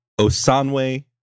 Osanwe